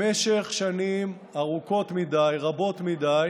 במשך שנים ארוכות מדי, רבות מדי,